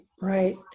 right